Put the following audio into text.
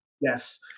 Yes